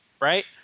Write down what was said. right